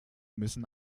müssen